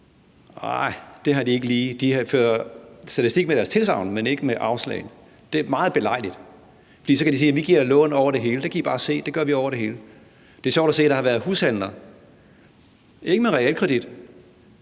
Arh, det har de ikke lige, for de fører statistik med deres tilsagn, men ikke med afslagene. Det er meget belejligt, for så kan de sige: Vi giver lån over det hele – der kan I bare se – det gør vi over det hele. Det er sjovt at se, at der har været hushandler, mange steder ikke med realkredit,